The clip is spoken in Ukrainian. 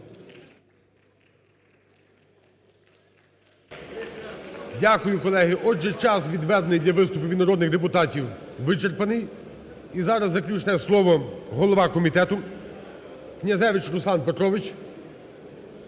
Дякую, колеги. Отже, час, відведений для виступів від народних депутатів, вичерпаний. І зараз заключне слово голова комітету Князевич Руслан Петрович.